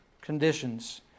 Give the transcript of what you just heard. conditions